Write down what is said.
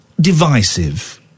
divisive